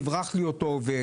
יברח לי אותו עובד,